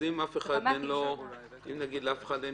אז אם לאף אחד אין